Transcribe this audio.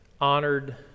honored